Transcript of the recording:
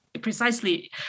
precisely